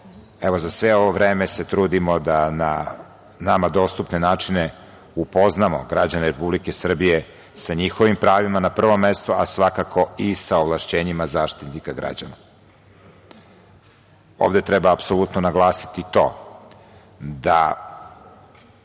evo, za sve ovo vreme se trudimo da na nama dostupne načine upoznamo građane Republike Srbije sa njihovim pravima na prvom mestu, a svakako i sa ovlašćenjima Zaštitnika građana. Ovde treba apsolutno naglasiti to da